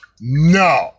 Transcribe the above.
No